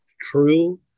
true